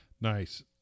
Nice